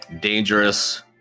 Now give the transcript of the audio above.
dangerous